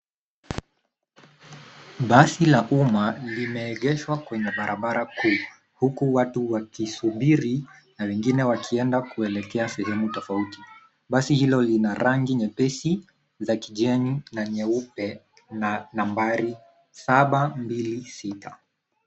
Basi la umma limeegeshwa kwenye barabara kuu huku watu wakisubiri na wengine wakienda kuelekea sehemu tofauti. Basi hilo lina rangi nyepesi za kijani na nyeupe na nambari saba mbili sita.